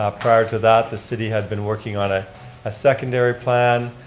ah prior to that, the city had been working on ah a secondary plan.